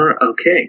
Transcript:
okay